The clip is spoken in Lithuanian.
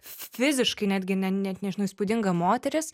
fiziškai netgi net nežinau įspūdinga moteris